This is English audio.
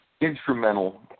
instrumental